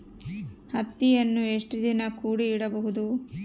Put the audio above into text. ಹತ್ತಿಯನ್ನು ಎಷ್ಟು ದಿನ ಕೂಡಿ ಇಡಬಹುದು?